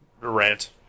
Rant